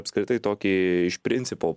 apskritai tokį iš principo